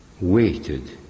waited